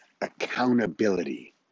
Accountability